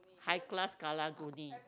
high class karang-guni